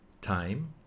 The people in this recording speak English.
time